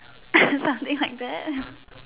something like that